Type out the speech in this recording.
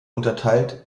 unterteilt